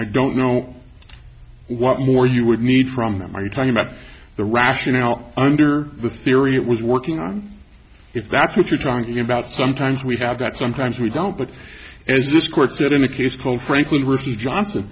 i don't know what more you would need from them are you talking about the rationale under the theory it was working on if that's what you're talking about sometimes we have that sometimes we don't but as this court did in a case called franklin ricky johnson